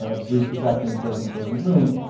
ah briefed the south korean president, president moon,